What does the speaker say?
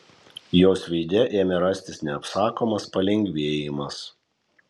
jos veide ėmė rastis neapsakomas palengvėjimas